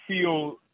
feel